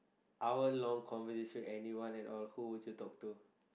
hour long conversation with anyone and all who would you talk to